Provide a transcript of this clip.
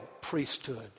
priesthood